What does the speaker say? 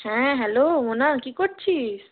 হ্যাঁ হ্যালো মোনা কি করছিস